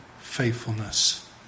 faithfulness